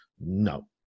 no